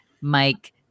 Mike